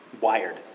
wired